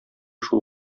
шул